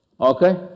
Okay